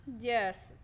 Yes